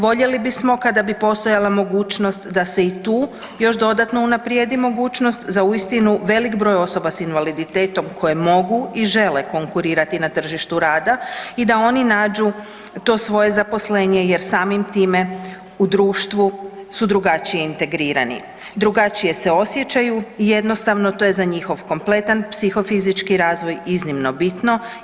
Voljeli bismo kada bi postojala mogućnost da se i tu još dodatno unaprijedi mogućnost za uistinu velik broj osoba s invaliditetom koje mogu i žele konkurirati na tržištu rada i da oni nađu to svoje zaposlenje jer samim time u društvu su drugačije integrirani, drugačije se osjećaju i jednostavno to je za njihov kompletan psihofizički razvoj iznimno bitno.